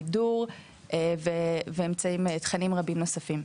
בידור ואמצעים תכנים רבים נוספים.